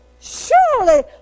surely